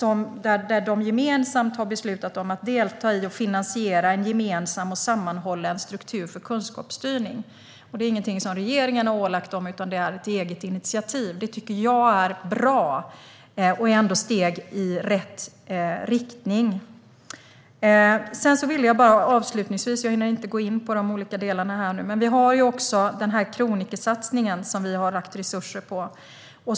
De har gemensamt beslutat att delta i och finansiera en gemensam och sammanhållen struktur för kunskapsstyrning. Det är ingenting som regeringen har ålagt dem, utan det är ett eget initiativ. Det tycker jag är bra och ändå steg i rätt riktning. Jag hinner inte gå in på de olika delarna. Men jag vill avslutningsvis nämna att vi har kronikersatsningen som vi har lagt resurser på.